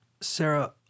Sarah